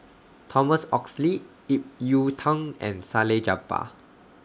Thomas Oxley Ip Yiu Tung and Salleh Japar